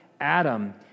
Adam